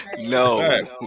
No